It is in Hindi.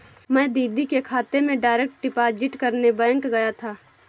मैं दीदी के खाते में डायरेक्ट डिपॉजिट करने बैंक गया था